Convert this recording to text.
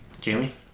Jamie